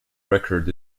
record